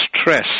stress